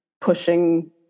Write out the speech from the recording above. pushing